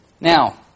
Now